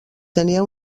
tenia